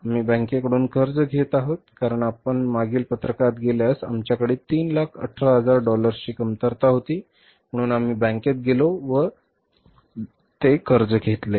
आम्ही बँकेकडून कर्ज घेत आहोत कारण आपण मागील पत्रकात गेल्यास आमच्याकडे 318000 डॉलर्सची कमतरता होती म्हणून आम्ही बँकेत गेलो व 318000 डॉलर्स चे कर्ज घेतले